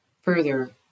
Further